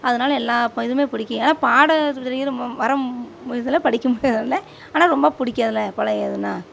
அதனால எல்லா இதுவுமே பிடிக்கும் எதனா பாட வர இதில் படிக்க முடியாததால ஆனால் ரொம்ப பிடிக்கு அதில் பழைய இதுனால்